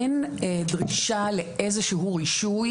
אין דרישה מהמסגרות הללו לאיזשהו רישוי